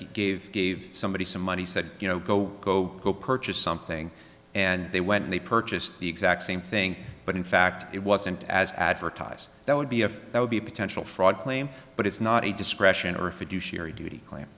gave gave somebody some money said you know go go go purchase something and they went and they purchased the exact same thing but in fact it wasn't as advertised that would be a that would be a potential fraud claim but it's not a discretion or a fiduciary duty claim